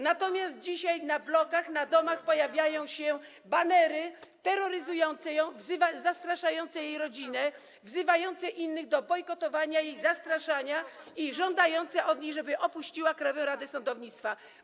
natomiast dzisiaj na blokach, na domach pojawiają się banery terroryzujące ją, zastraszające jej rodzinę, wzywające innych do bojkotowania jej, zastraszania, a także żądające od niej, żeby opuściła Krajową Radę Sądownictwa.